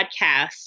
podcast